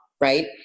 right